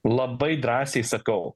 labai drąsiai sakau